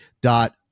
dot